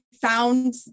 found